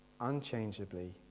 unchangeably